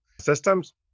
systems